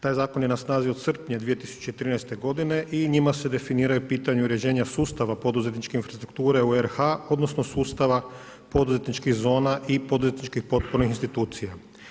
Taj zakon je na snazi od srpnja 2013. godine i njima se definiraju pitanja uređenja sustava poduzetničke infrastrukture u RH, odnosno sustava poduzetničkih zona i poduzetničkih potpornih institucija.